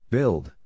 Build